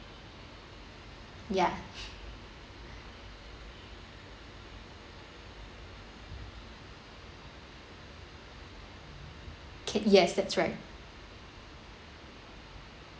ya c~ yes that's right